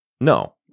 No